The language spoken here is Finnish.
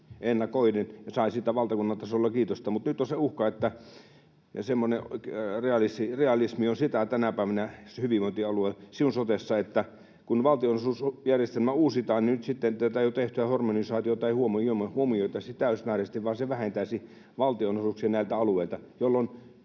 ennakoiden ja sai siitä valtakunnan tasolla kiitosta, niin nyt on se uhka ja realismi on tänä päivänä hyvinvointialue Siun sotessa sitä, että kun valtionosuusjärjestelmä uusitaan, nyt sitten tätä jo tehtyä harmonisaatiota ei huomioitaisi täysimääräisesti vaan se vähentäisi valtionosuuksia näiltä alueilta, jolloin